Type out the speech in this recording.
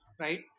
right